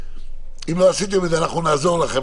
אם לא עשיתם את זה אנחנו נעזור לכם